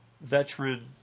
veteran